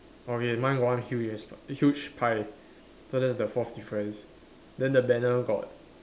okay mine got one huge ass huge pie so that's the forth difference then the banner got